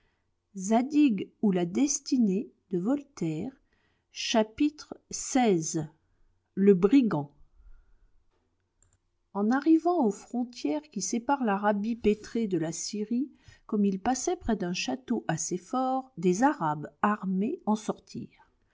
ma triste destinée chapitre xvi le brigand en arrivant aux frontières qui séparent l'arabie pétrée de la syrie comme il passait près d'un château assez fort des arabes armés en sortirent